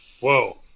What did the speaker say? Whoa